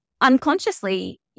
unconsciously